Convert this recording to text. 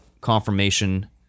confirmation